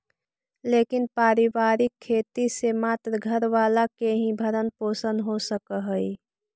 लेकिन पारिवारिक खेती से मात्र घर वाला के ही भरण पोषण हो सकऽ हई